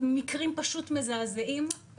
מקרים פשוט מזעזעים.